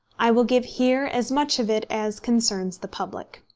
i will give here as much of it as concerns the public